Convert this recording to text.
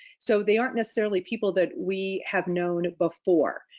so they aren't necessarily people that we have known before.